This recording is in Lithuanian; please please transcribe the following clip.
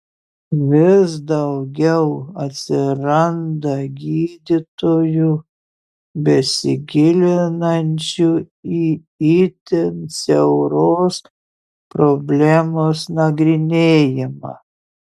vis daugiau atsiranda gydytojų besigilinančių į itin siauros problemos nagrinėjimą